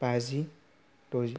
बाजि द'जि